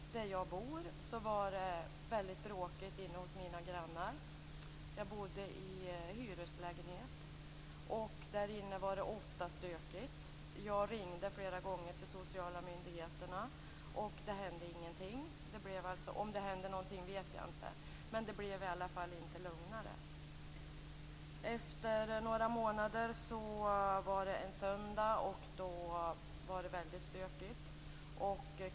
Det var väldigt bråkigt inne hos mina grannar. Jag bodde i hyreslägenhet. Inne hos dem var det ofta stökigt. Jag ringde flera gånger till de sociala myndigheterna. Om det hände någonting vet jag inte, men det blev i alla fall inte lugnare. Efter några månader var det väldigt stökigt en söndag.